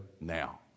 now